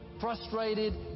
frustrated